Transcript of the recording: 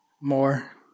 More